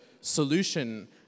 solution